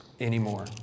anymore